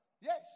Yes